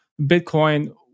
Bitcoin